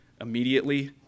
immediately